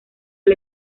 del